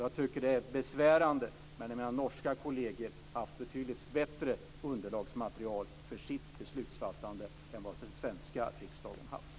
Jag tycker att det är besvärande att mina norska kolleger haft ett betydligt bättre underlagsmaterial för sitt beslutsfattande än vad den svenska riksdagen haft.